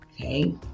Okay